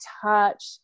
touch